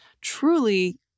truly